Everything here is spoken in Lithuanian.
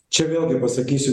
čia vėlgi pasakysiu